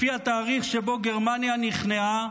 לפי התאריך שבו גרמניה נכנעה,